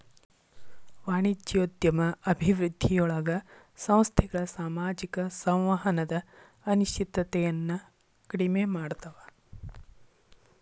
ವಾಣಿಜ್ಯೋದ್ಯಮ ಅಭಿವೃದ್ಧಿಯೊಳಗ ಸಂಸ್ಥೆಗಳ ಸಾಮಾಜಿಕ ಸಂವಹನದ ಅನಿಶ್ಚಿತತೆಯನ್ನ ಕಡಿಮೆ ಮಾಡ್ತವಾ